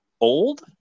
old